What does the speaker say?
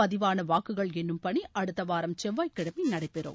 பதிவான வாக்குகள் எண்ணும் பணி அடுத்தவாரம் செவ்வாய்க்கிழமை நடைபெறும்